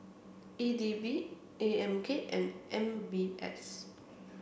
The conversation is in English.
E D B A M K and M B S